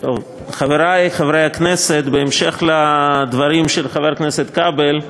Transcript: חברי חברי הכנסת, בהמשך לדברים של חבר הכנסת כבל,